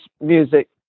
music